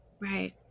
right